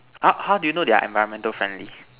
how how did you know they are environmental friendly